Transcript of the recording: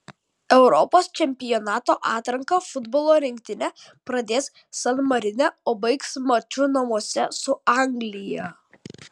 europos čempionato atranką futbolo rinktinė pradės san marine o baigs maču namuose su anglija